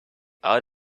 out